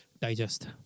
digest